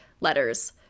letters